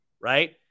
right